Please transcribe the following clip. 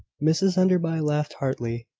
mrs enderby laughed heartily,